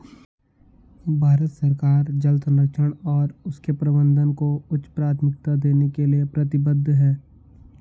भारत सरकार जल संरक्षण और उसके प्रबंधन को उच्च प्राथमिकता देने के लिए प्रतिबद्ध है